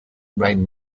right